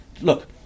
look